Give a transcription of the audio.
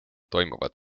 toimuvad